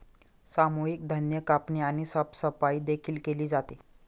सामूहिक धान्य कापणी आणि साफसफाई देखील केली जाते